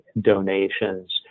donations